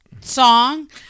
song